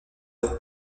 leur